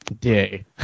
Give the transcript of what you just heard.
day